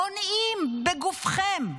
מונעים בגופכם,